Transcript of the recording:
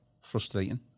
Frustrating